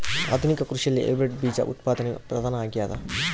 ಆಧುನಿಕ ಕೃಷಿಯಲ್ಲಿ ಹೈಬ್ರಿಡ್ ಬೇಜ ಉತ್ಪಾದನೆಯು ಪ್ರಧಾನ ಆಗ್ಯದ